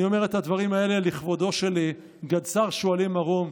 אני אומר את הדברים האלה לכבודו של גדס"ר שועלי מרום,